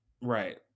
right